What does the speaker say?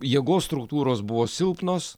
jėgos struktūros buvo silpnos